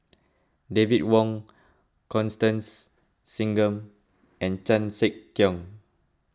David Wong Constance Singam and Chan Sek Keong